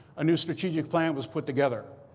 a new strategic plan was put together.